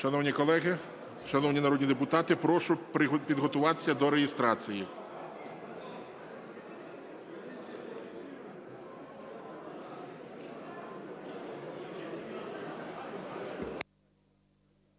Шановні колеги, шановні народні депутати, прошу підготуватись до реєстрації.